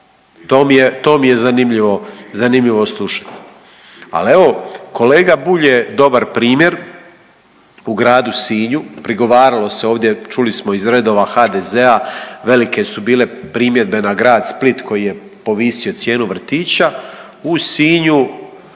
To mi je zanimljivo slušati. Ali evo kolega Bulj je dobar primjer u gradu Sinju. Prigovaralo se ovdje, čuli smo iz redova HDZ-a velike su bile primjedbe na grad Split koji je povisio cijenu vrtića. U Sinju